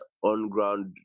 On-ground